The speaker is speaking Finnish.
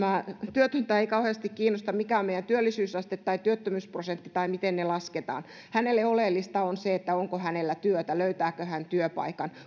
työtöntä ei kauheasti kiinnosta mikä on meidän työllisyysaste tai työttömyysprosentti tai miten ne lasketaan hänelle oleellista on se onko hänellä työtä löytääkö hän työpaikan